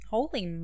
Holy